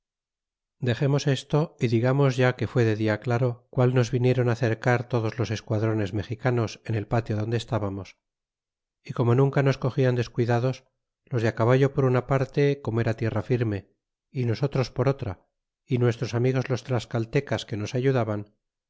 dexemos esto y digamos ya que fue de dia claro qual nos vinieron cercar todos los esquadrones mexicanos en el patio donde estábamos y como nunca nos cogían descuidados los de caballo por una parte corno era tierra firme y nosotros por otra y nuestros amigos los tlascateces que nos ayudaban